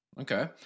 okay